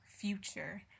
future